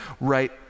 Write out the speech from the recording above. right